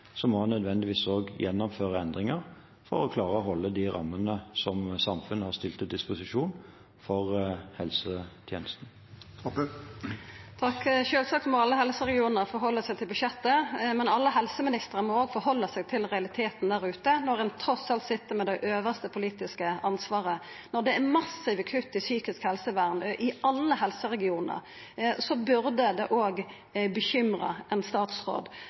må en nødvendigvis gjennomføre endringer for å klare å holde de rammene som samfunnet har stilt til disposisjon for helsetjenesten. Sjølvsagt må alle helseregionar innretta seg etter budsjettet, men alle helseministrar må òg innretta seg etter realiteten der ute når ein trass alt sit med det øvste politiske ansvaret. Når det er massive kutt i psykisk helsevern – i alle helseregionar – burde det òg bekymra ein statsråd.